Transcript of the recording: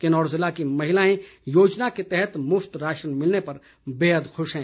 किन्नौर जिले की महिलाएं योजना के तहत मुफ्त राशन मिलने पर बेहद खुश हैं